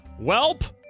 Welp